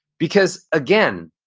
because, again,